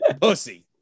pussy